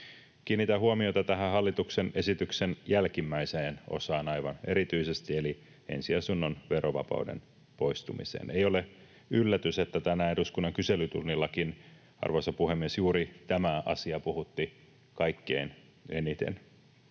aivan erityisesti tähän hallituksen esityksen jälkimmäiseen osaan eli ensiasunnon verovapauden poistumiseen. Ei ole yllätys, että tänään eduskunnan kyselytunnillakin, arvoisa puhemies, juuri tämä asia puhutti kaikkein eniten.